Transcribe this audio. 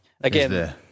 Again